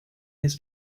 his